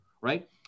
right